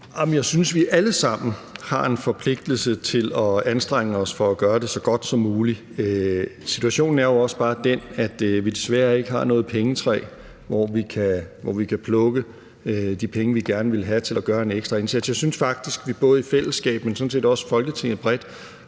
Jeg synes, vi alle sammen har en forpligtelse til at anstrenge os for at gøre det så godt som muligt. Situationen er jo også bare den, at vi desværre ikke har noget pengetræ, hvor vi kan plukke de penge, vi gerne vil have til at gøre en ekstra indsats. Jeg synes faktisk, vi både i fællesskab, men sådan set også i Folketinget bredt